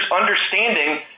understanding